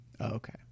Okay